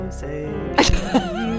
say